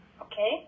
Okay